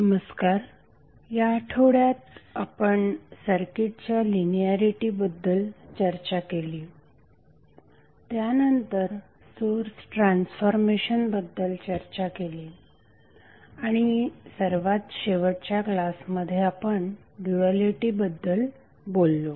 नमस्कार या आठवड्यात आपण सर्किटच्या लिनिएरिटी बद्दल चर्चा केली त्यानंतर सोर्स ट्रान्सफॉर्मेशन बद्दल चर्चा केली आणि सर्वात शेवटच्या क्लासमध्ये आपण ड्युएलिटी बद्दल बोललो